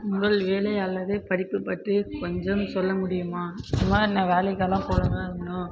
உங்கள் வேலை அல்லது படிப்பு பற்றி கொஞ்சம் சொல்ல முடியுமா இந்த மாதிரி நான் வேலைக்கெலாம் போகலங்க இன்னும்